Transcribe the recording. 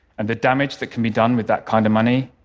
and the damage that can be done with that kind of money,